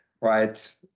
right